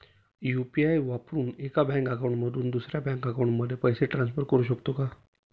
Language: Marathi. यु.पी.आय वापरून एका बँक अकाउंट मधून दुसऱ्या बँक अकाउंटमध्ये पैसे ट्रान्सफर करू शकतो का?